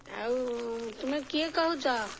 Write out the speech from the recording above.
ଆଉ ତୁମେ କିଏ କହୁଛ